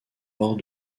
hors